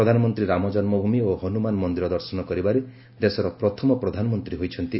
ପ୍ରଧାନମନ୍ତ୍ରୀ ରାମଜନ୍ମଭୂମି ଓ ହନୁମାନ ମନ୍ଦିର ଦର୍ଶନ କରିବାରେ ଦେଶର ପ୍ରଥମ ପ୍ରଧାନମନ୍ତ୍ରୀ ହୋଇଛନ୍ତି